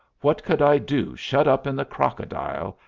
what could i do shut up in the crocodile,